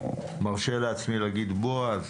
מרשה לעצמי לומר בועז.